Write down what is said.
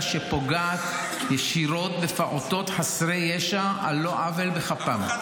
שפוגעת ישירות בפעוטות חסרי ישע על לא עוול בכפם?